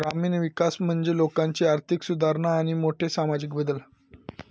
ग्रामीण विकास म्हणजे लोकांची आर्थिक सुधारणा आणि मोठे सामाजिक बदल